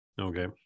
okay